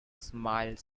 smile